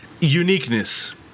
Uniqueness